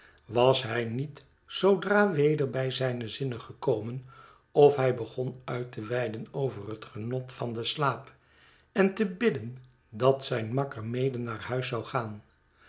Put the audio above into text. was hij niet zoodra weder bij zijne zinnen gekomen of hij begon uit te weiden over het genot van den slaap en te bidden dat zijn makker mede naar huis zou gaan